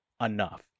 enough